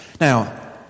Now